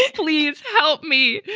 please help me.